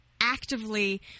actively